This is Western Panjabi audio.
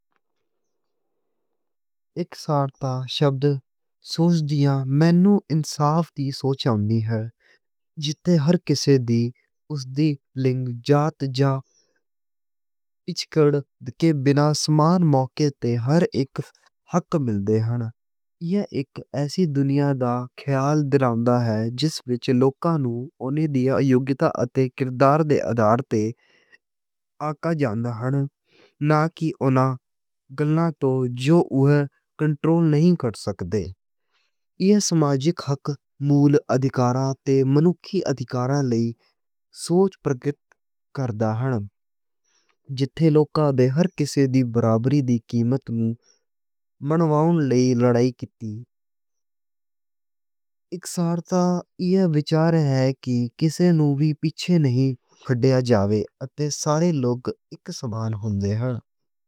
اکساریتا شبد سوچ دیا مینوں اِنصاف دی سوچ آؤندی ہے۔ جتھے ہر کسے دی اُس دی لِنگ، جات جاں پچھوکڑ کے بِنا سمان موقعے تے ہر اک حق مل دے ہن۔ ایہ اک ایسی دنیا دا خیال دِلاندا ہے۔ جس وِچ لوکاں نوں اُنہاں دی یوگتا اتے کردار دے آدھار تے آنکیا جاندا ہن۔ ناں کہ اُنہاں گلاں توں جو اوہ کنٹرول نئیں کر سکتے۔ ایہ سماجک مُول اتے منکھی ادھیکاراں لئی سوچ پرگٹ کر دا ہن۔ جتھے لوکا دے ہر کسے دی برابری دی قیمت منوان لئی لڑائی کِتی۔ اکساریتا ایہ وچار ہے کہ کسے نوں وی پِچھے نئیں چھڈیا جاوے۔ اتے سارے لوگ اک سمان ہوندے ہن۔